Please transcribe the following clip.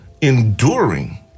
enduring